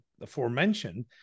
aforementioned